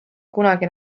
kunagi